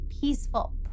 peaceful